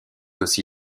aussi